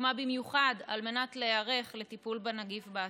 שהוקמה במיוחד על מנת להיערך לטיפול בנגיף בעתיד.